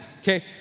okay